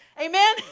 Amen